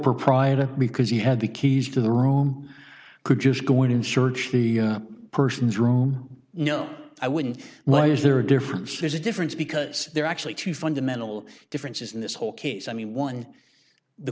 proprietor because he had the keys to the room could just go in and search the person's room no i wouldn't lie is there a difference there's a difference because there are actually two fundamental differences in this whole case i mean one the